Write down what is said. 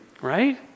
right